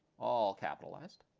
all capitalized.